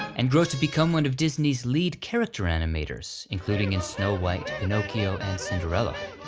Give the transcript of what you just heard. and grow to become one of disney's lead character animators, including in snow white, pinocchio, and cinderella.